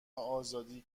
آزادی